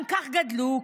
הם כך גדלו,